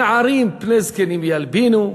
נערים פני זקנים ילבינו,